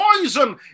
poison